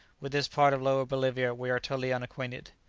with this part of lower bolivia we are totally unacquainted.